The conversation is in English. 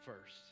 first